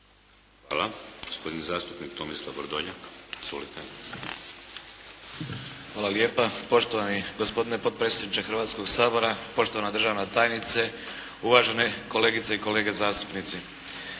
Izvolite. **Vrdoljak, Tomislav (HDZ)** Hvala lijepa poštovani gospodine potpredsjedniče Hrvatskoga sabora, poštovana državna tajnice, uvažene kolegice i kolege zastupnici.